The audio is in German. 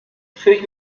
für